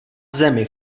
zemi